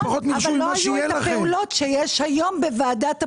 אבל לא אותן הפעולות שיש היום בוועדת הבחירות.